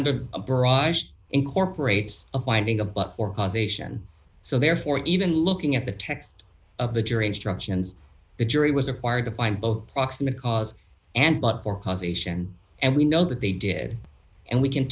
under a barrage incorporates a finding a blood or causation so therefore even looking at the text of the jury instructions the jury was acquired to find both proximate cause and blood for causation and we know that they did and we can